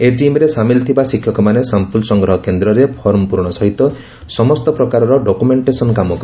ଏହି ଟିମରେ ସାମିଲ ଥିବା ଶିକ୍ଷକ ମାନେ ସାମ୍ପଲ ସଂଗ୍ରହ କେନ୍ଦ୍ରରେ ଫର୍ମ ପ୍ ରଣ ସହିତ ସମସ୍ତ ପ୍ରକାର ଡକୁମେଂଟେସନ କାମ କରିବେ